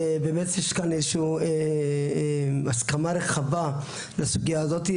באמת יש כאן איזו שהיא הסכמה רחבה בנוגע לסוגיה הזאת.